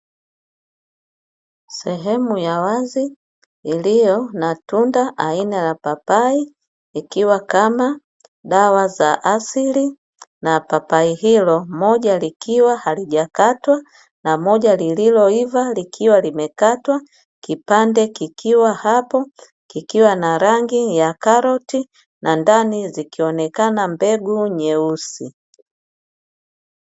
Sehemu ya wazi iliyo na tunda aina ya papai ikiwa kama dawa za asili na papai hilo moja, likiwa halijakatwa na moja lililoiva likiwa limekatwa kipande kikiwa na rangi ya karoti na ndani zikionekana mbegu nyeusi.